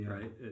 right